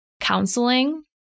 counseling